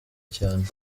cyane